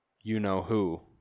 you-know-who